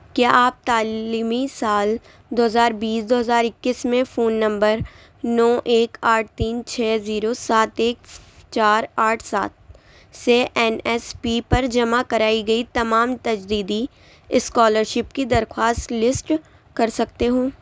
کیا آپ تعلیمی سال دو ہزار بیس دو ہزار اکیس میں فون نمبر نو ایک آٹھ تین چھ زیرو سات ایک چار آٹھ سات سے این ایس پی پر جمع کرائی گئی تمام تجدیدی اسکالر شپ کی درخواست لسٹ کر سکتے ہوں